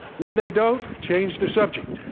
when they don't, change the subject.